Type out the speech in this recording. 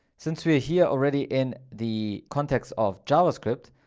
since we are here already in the context of javascript,